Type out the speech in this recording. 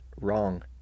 wrong